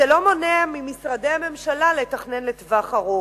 זה לא מונע ממשרדי הממשלה לתכנן לטווח ארוך.